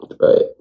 right